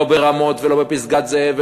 לא ברמות ולא בפסגת-זאב,